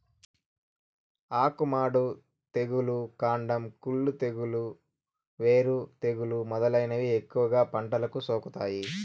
ఆకు మాడు తెగులు, కాండం కుళ్ళు తెగులు, వేరు తెగులు మొదలైనవి ఎక్కువగా పంటలకు సోకుతాయి